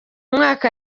mwaka